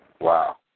wow